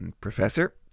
Professor